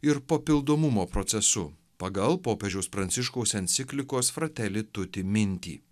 ir papildomumo procesu pagal popiežiaus pranciškaus enciklikos frateli tuti mintį